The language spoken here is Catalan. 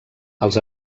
els